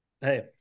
hey